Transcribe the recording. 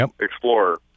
Explorer